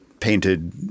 painted